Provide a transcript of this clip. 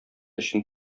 өчен